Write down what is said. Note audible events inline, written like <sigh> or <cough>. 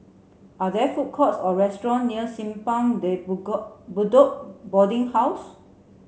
are there food courts or restaurant near Simpang De <unintelligible> Bedok Boarding House